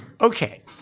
Okay